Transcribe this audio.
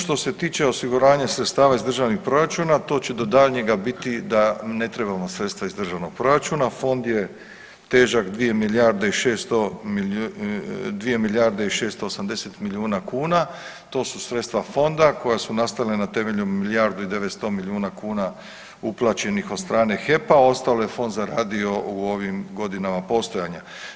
Što se tiče osiguranja sredstava iz državnih proračuna, to će do daljnjega biti da ne trebamo sredstva iz državnog proračuna, Fond je težak 2 milijarde i 680 milijuna kuna, to su sredstva Fonda koja su nastala na temelju milijardu i 900 milijuna kuna uplaćenih od strane HEP-a, ostalo je Fond zaradio u ovim godinama postojanja.